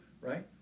Right